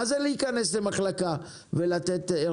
מה זה להיכנס למחלקה ולתת ערכות?